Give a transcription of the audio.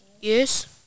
Yes